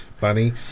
Bunny